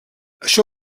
això